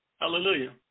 Hallelujah